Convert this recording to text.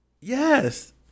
Yes